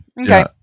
okay